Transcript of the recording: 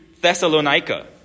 Thessalonica